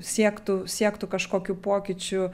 siektų siektų kažkokių pokyčių